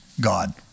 God